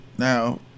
Now